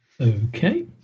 Okay